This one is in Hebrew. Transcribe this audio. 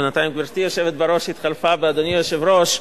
בינתיים גברתי היושבת בראש התחלפה ואדוני יושב-ראש.